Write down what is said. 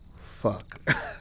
fuck